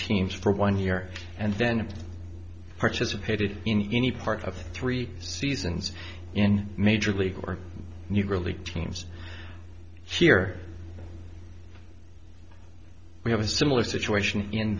teams for one year and then participated in any part of three seasons in major league or negro league teams here we have a similar situation in